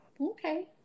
Okay